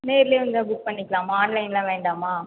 நேர்லேயே வந்தால் புக் பண்ணிக்கலாமா ஆன்லைன்லாம் வேண்டாமா